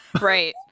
Right